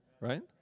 right